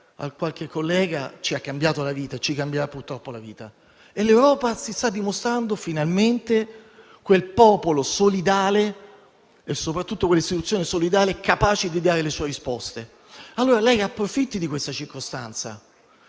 qualche collega, perché ci ha cambiato la vita e ci cambierà purtroppo la vita, l'Europa si sta dimostrando finalmente quel popolo solidale e soprattutto quell'istituzione solidale capace di dare le sue risposte. Allora, approfitti di questa circostanza;